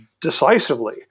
decisively